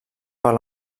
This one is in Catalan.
per